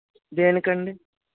దేనికండి